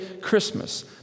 Christmas